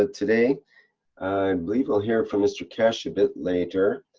ah today i believe we'll hear from mr keshe a bit later,